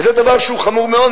וזה דבר שהוא חמור מאוד,